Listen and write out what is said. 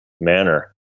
manner